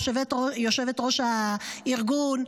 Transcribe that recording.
יושבת-ראש הארגון,